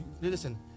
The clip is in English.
Listen